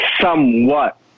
somewhat